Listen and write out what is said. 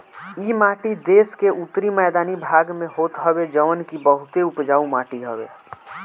इ माटी देस के उत्तरी मैदानी भाग में होत हवे जवन की बहुते उपजाऊ माटी हवे